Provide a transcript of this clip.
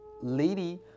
lady